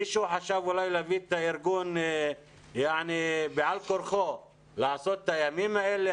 מישהו חשב אולי להביא את הארגון בעל כורחו לעשות את הימים האלה?